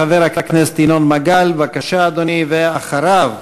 חבר הכנסת ינון מגל, בבקשה, אדוני, ואחריו,